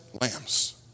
lambs